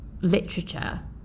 literature